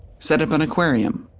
set up an aquarium!